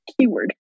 keyword